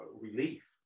relief